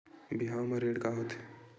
बिहाव म ऋण का होथे?